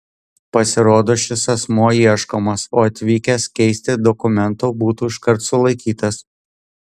pasirodo šis asmuo ieškomas o atvykęs keisti dokumento būtų iškart sulaikytas